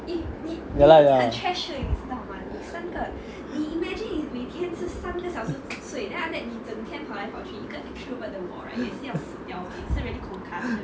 ya lah ya lah